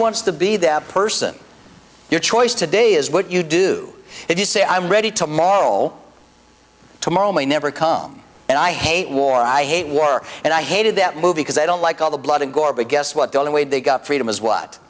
wants to be that person your choice today is what you do if you say i'm ready tomorrow tomorrow may never come and i hate war i hate war and i hated that movie because i don't like all the blood and gore but guess what the only way they got freedom is what